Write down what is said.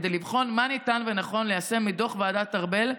כדי לבחון מה ניתן ונכון ליישם מדוח ועדת ארבל,